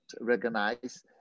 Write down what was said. recognize